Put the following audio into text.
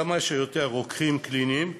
כמה שיותר רוקחים קליניים,